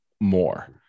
more